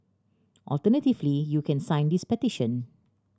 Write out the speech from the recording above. alternatively you can sign this petition